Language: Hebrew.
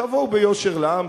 תבואו ביושר לעם,